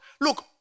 look